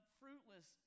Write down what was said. fruitless